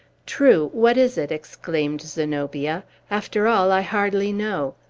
true what is it? exclaimed zenobia. after all, i hardly know.